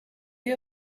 you